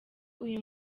uyu